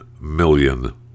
million